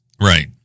Right